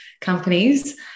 companies